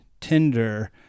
Tinder